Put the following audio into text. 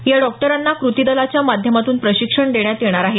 या डॉक्टरांना कृती दलाच्या माध्यमातून प्रशिक्षण देण्यात येणार आहे